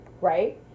right